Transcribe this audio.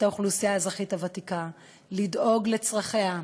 אוכלוסיית האזרחים הוותיקים ולדאוג לצרכיה.